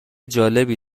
جالبی